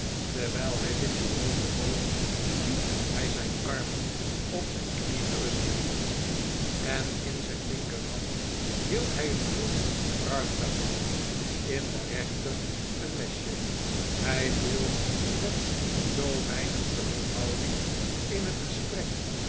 terwijl hij zich vooroverboog liet hij zijn armen op zijn knieen rusten en in zijn linkerhand hield hij een klomp pruimtabak in de rechter een mesje hij viel met zoo weinig terughouding in het gesprek